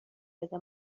بده